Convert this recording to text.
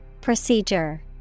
Procedure